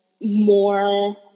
more